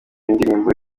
ndirimbo